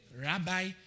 rabbi